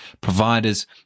providers